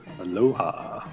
Aloha